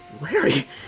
Larry